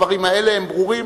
הדברים האלה הם ברורים.